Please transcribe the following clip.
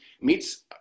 meets